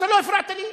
אתה לא הפרעת לי?